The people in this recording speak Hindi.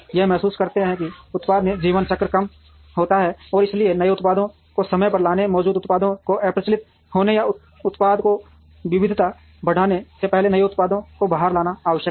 हम महसूस करते हैं कि उत्पाद जीवन चक्र कम होते हैं और इसलिए नए उत्पादों को समय पर लाने मौजूदा उत्पादों के अप्रचलित होने या उत्पाद की विविधता बढ़ाने से पहले नए उत्पादों को बाहर लाना आवश्यक है